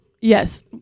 yes